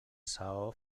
saó